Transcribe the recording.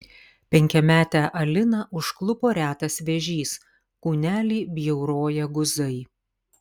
penkiametę aliną užklupo retas vėžys kūnelį bjauroja guzai